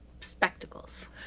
spectacles